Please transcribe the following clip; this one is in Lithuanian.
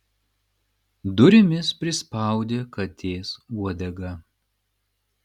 durimis prispaudė katės uodegą